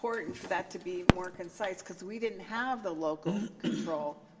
important for that to be more concise because we didn't have the local control.